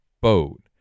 boat